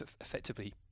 effectively